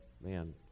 man